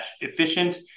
efficient